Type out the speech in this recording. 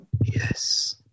Yes